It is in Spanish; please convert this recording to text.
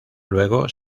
luego